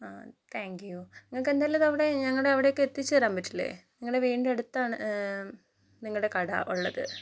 ആ താങ്ക്യു നിങ്ങൾക്കെന്തായാലും അതവിടെ ഞങ്ങളുടെ അവിടേക്ക് എത്തിച്ചു തരാൻ പറ്റില്ലേ ഞങ്ങളുടെ വീടിൻ്റെ അടുത്താണ് നിങ്ങളുടെ കട ഉള്ളത്